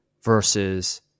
versus